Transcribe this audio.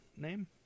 name